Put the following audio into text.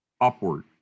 upward